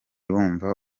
bumva